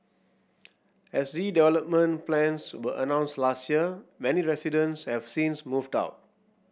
as redevelopment plans were announced last year many residents have since moved out